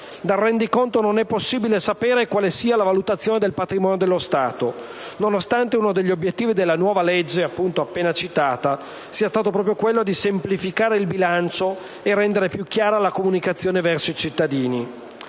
dal rendiconto non è possibile sapere quale sia la valutazione del patrimonio dello Stato, nonostante uno degli obiettivi della nuova legge di contabilità (la citata legge n. 196 del 2009) sia stato proprio quello di semplificare il bilancio e rendere più chiara la comunicazione verso i cittadini.